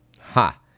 Ha